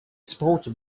supported